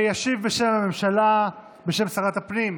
ישיב, בשם הממשלה, בשם שרת הפנים,